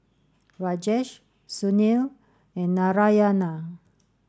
Rajesh Sunil and Narayana